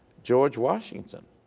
george washington